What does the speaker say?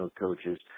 coaches